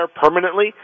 permanently